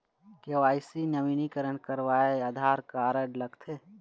KYC नवीनीकरण करवाये Aadhaar card लगथे?